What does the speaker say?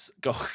Go